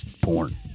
porn